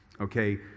okay